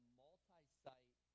multi-site